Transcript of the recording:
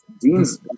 Dean's